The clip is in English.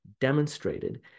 demonstrated